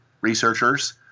researchers